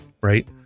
Right